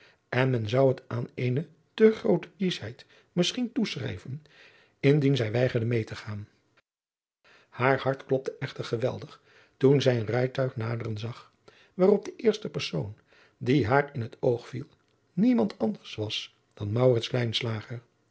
en men zou het aan eene te groote kieschheid misschien toeschrijven indien zij weigerde mede te gaan haar hart klopte echter geweldig toen zij een rijtuig naderen zag waarop de eerste persoon die haar in het oog viel niemand anders was dan